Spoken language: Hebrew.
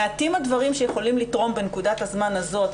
מעטים הדברים שיכולים לתרום בנקודת הזמן הזאת